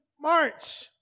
March